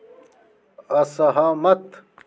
असहमत